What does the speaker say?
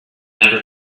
never